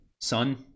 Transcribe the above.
Son